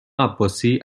عباسی